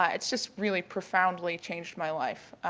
ah it's just really profoundly changed my life.